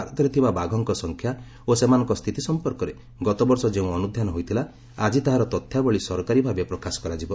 ଭାରତରେ ଥିବା ବାଘଙ୍କ ସଂଖ୍ୟା ଓ ସେମାନଙ୍କ ସ୍ଥିତି ସମ୍ପର୍କରେ ଗତବର୍ଷ ଯେଉଁ ଅନୁଧ୍ୟାନ ହୋଇଥିଲା ଆଜି ତାହାର ତଥ୍ୟାବଳୀ ସରକାରୀ ଭାବେ ପ୍ରକାଶ କରାଯିବ